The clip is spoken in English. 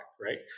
right